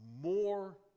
more